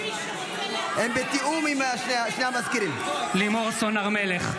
(קורא בשם חברת הכנסת) לימור סון הר מלך,